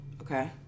Okay